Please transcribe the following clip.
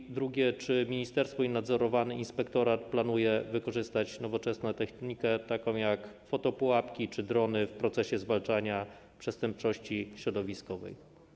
I drugie: Czy ministerstwo i nadzorowany inspektorat planują wykorzystać nowoczesną technikę taką jak fotopułapki czy drony w procesie zwalczania przestępczości środowiskowej?